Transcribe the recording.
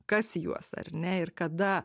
kas juos ar ne ir kada